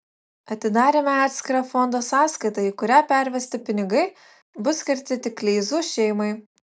atidarėme atskirą fondo sąskaitą į kurią pervesti pinigai bus skirti tik kleizų šeimai